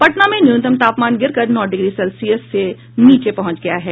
पटना में न्यूनतम तापमान गिरकर नौ डिग्री सेल्सियस के नीचे पहुंच गया है